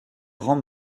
grand